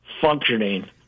functioning